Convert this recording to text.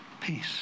peace